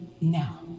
now